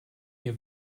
ihr